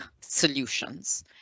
solutions